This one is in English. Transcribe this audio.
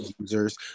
users